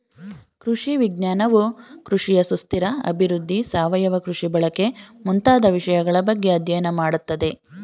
ಕೃಷಿ ವಿಜ್ಞಾನವು ಕೃಷಿಯ ಸುಸ್ಥಿರ ಅಭಿವೃದ್ಧಿ, ಸಾವಯವ ಕೃಷಿ ಬಳಕೆ ಮುಂತಾದ ವಿಷಯಗಳ ಬಗ್ಗೆ ಅಧ್ಯಯನ ಮಾಡತ್ತದೆ